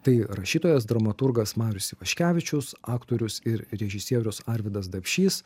tai rašytojas dramaturgas marius ivaškevičius aktorius ir režisierius arvydas dapšys